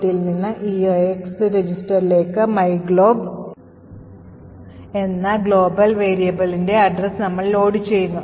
GOTയിൽ നിന്ന് EAX രജിസ്റ്ററിലേക്ക് myglob എന്ന ഗ്ലോബൽ വേരിയബിളിന്റെ address നമ്മൾ ലോഡുചെയ്യുന്നു